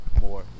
more